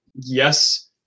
yes